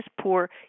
poor